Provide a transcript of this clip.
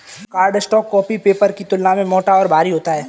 cardstock copy paper की तुलना में मोटा और भारी होता है